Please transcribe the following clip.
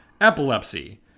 epilepsy